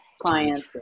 clients